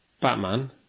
Batman